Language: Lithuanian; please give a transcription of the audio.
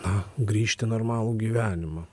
na grįžt į normalų gyvenimą